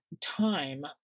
time